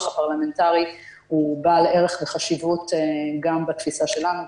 הפרלמנטרי הוא בעל ערך וחשיבות גם בתפיסה שלנו,